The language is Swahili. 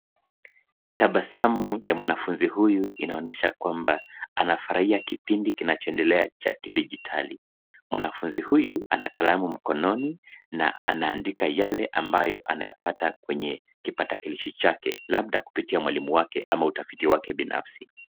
Tabasamu ya mwanafunzi huyu inaonyesha kwamba anafurahia kipindi kinachoendelea cha kidijitali. Mwanafunzi huyu ana kalamu mkononi na anaandika yale ambayo anayapata kwenye kipatakilishi chake labda kupitia mwalimu wake ama utafiti wake binafsi.